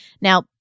Now